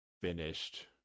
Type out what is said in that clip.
finished